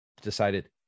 decided